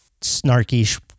snarky